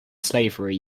slavery